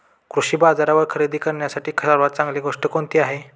कृषी बाजारावर खरेदी करण्यासाठी सर्वात चांगली गोष्ट कोणती आहे?